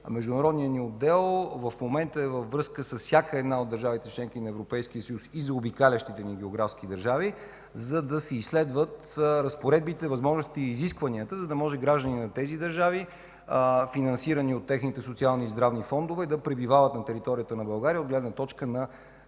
Международният ни отдел в момента е във връзка с всяка една от държавите – членки на Европейския съюз, и с географски заобикалящите ни държави, за да се изследват разпоредбите, възможностите и изискванията, за да може граждани на тези държави, финансирани от техните социални и здравни фондове, да пребивават на територията на България от гледна точка на